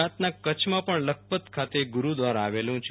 ગુજરાતના કચ્છમાં પણ લખપત ખાતે ગુરૂદ્વારા આવેલું છે